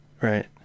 right